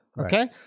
okay